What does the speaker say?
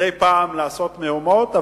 מדי פעם לעשות מהומות,